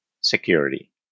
security